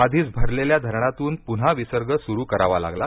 आधीच भरलेल्या धरणांतून पुन्हा विसर्ग सुरू करावा लागला